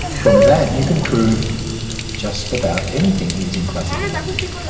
from that you can prove just about anything using classical logic.